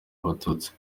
abatutsi